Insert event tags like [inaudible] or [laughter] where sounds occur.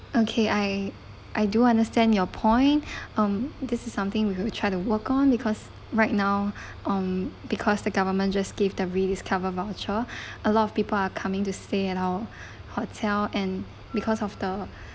okay I I do understand your point [breath] um this is something we will try to work on because right now [breath] um because the government just gave the rediscover voucher [breath] a lot of people are coming to stay at our hotel and because of the [breath]